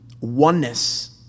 oneness